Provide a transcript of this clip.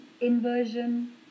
inversion